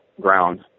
ground